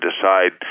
decide